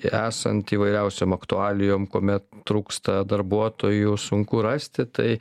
esant įvairiausiom aktualijom kuome trūksta darbuotojų sunku rasti tai